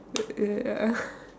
ya